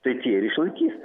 tai tie ir išlaikys